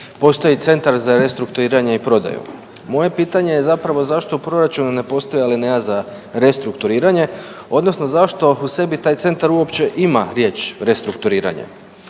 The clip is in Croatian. Postoji Centar za restrukturiranje i prodaju. Moje pitanje je zapravo zašto u proračunu ne postoji alineja za restrukturiranje, odnosno zašto u sebi taj Centar uopće ima riječ restrukturiranje.